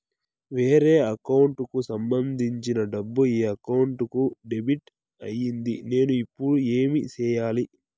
వేరే అకౌంట్ కు సంబంధించిన డబ్బు ఈ అకౌంట్ కు డెబిట్ అయింది నేను ఇప్పుడు ఏమి సేయాలి